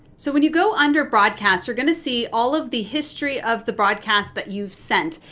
so when you go under broadcast, you're going to see all of the history of the broadcast that you've sent.